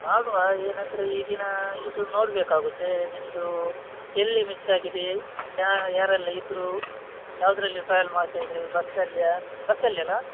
ಮಾಡುವ ಏನಂದರೆ ಈಗಿನ ಇದು ನೋಡಬೇಕಾಗುತ್ತೆ ನಿಮ್ಮದು ಎಲ್ಲಿ ಮಿಸ್ ಆಗಿದೆ ಯಾರೆಲ್ಲ ಇದ್ದರು ಯಾವುದ್ರಲ್ಲಿ ಟ್ರಾವೆಲ್ ಮಾಡ್ತಾ ಇದ್ದಿರಿ ಬಸ್ಸಲ್ಲಿಯಾ ಬಸ್ಸಲ್ಲಿ ಅಲ್ಲ